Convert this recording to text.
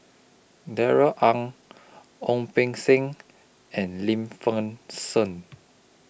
Darrell Ang Ong Beng Seng and Lim Fei Shen